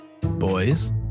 Boys